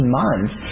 months